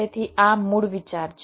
તેથી આ મૂળ વિચાર છે